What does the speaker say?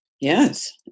yes